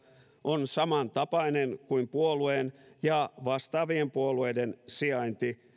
on saman tapainen kuin puolueen ja vastaavien puolueiden sijainti